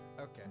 Okay